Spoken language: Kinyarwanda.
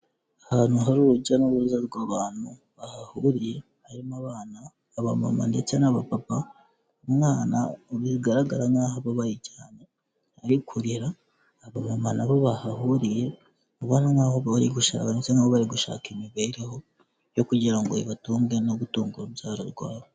Ahantu hari urujya n'uruza rw'abantu bahahuriye, harimo abana, abamama ndetse n'abapapa, umwana bigaragara nk'aho ababaye cyane arikora, abamama na bo bahahuriye ubona nkaho bari gushaka mbese bari gushaka imibereho yo kugira ngo bibatunge no gutunga urubyaro rwabo.